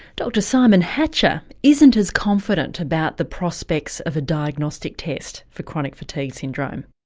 dr simon hatcher isn't as confident about the prospects of a diagnostic test for chronic fatigue syndrome.